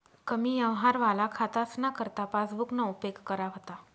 कमी यवहारवाला खातासना करता पासबुकना उपेग करा व्हता